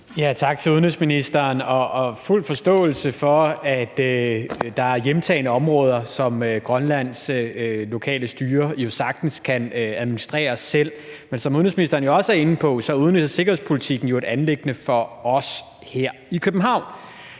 Tak til udenrigsministeren. Jeg har fuld forståelse for, at der er hjemtagne områder, som Grønlands lokale styre jo sagtens kan administrere selv. Men som udenrigsministeren jo også er inde på, er udenrigs- og sikkerhedspolitikken jo et anliggende for os her i København.